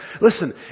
Listen